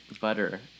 Butter